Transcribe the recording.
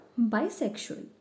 bisexual